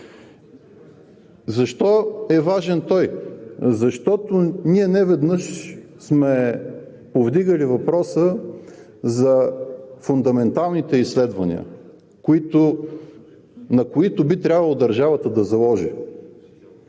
Защо е важен той? Защото ние неведнъж сме повдигали въпроса за фундаменталните изследвания, на които би трябвало държавата да заложи.